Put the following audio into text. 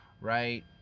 right